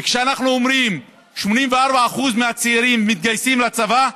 וכשאנחנו אומרים ש-84% מהצעירים מתגייסים לצבא,